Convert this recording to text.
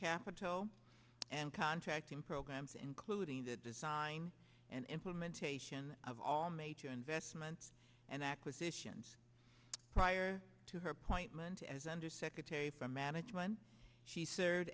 capital and contracting programs including the design and implementation of all major investments and acquisitions prior to her point meant as undersecretary for management she served